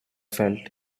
felt